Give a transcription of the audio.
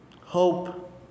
hope